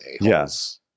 yes